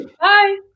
Bye